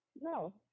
No